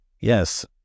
yes